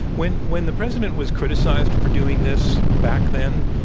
when when the president was criticized for doing this back then,